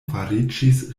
fariĝis